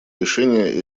решение